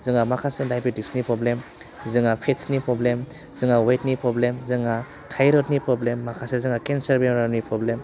जोंहा माखासे डायबिटिसनि प्रब्लेम जोंहा फेट्सनि प्रब्लेम जोंहा वेटनि प्रब्लेम जोंहा थाइरडनि प्रब्लेम माखासे जोंहा केन्सार बेमारनि प्रब्लेम